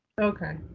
Okay